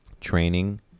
training